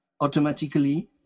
automatically